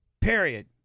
Period